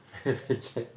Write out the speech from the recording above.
franchise